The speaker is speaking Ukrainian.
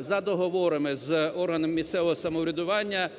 за договорами з органами місцевого самоврядування,